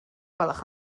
gwelwch